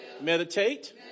meditate